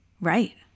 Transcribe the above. Right